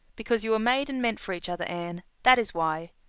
because you were made and meant for each other, anne that is why.